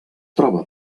troba